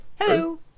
Hello